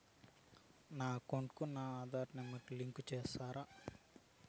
నా అకౌంట్ కు నా ఆధార్ నెంబర్ లింకు చేసారా